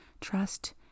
trust